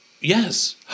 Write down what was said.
Yes